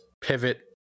pivot